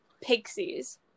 Pixies